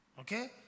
Okay